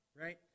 right